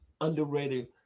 underrated